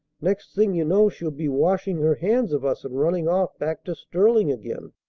next thing you know she'll be washing her hands of us and running off back to sterling again.